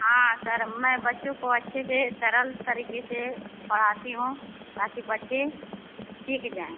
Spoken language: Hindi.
हाँ सर मैं बच्चों को अच्छे से सरल तरीके से पढ़ाती हूँ ताकि बच्चे सीख जाएँ